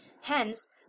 hence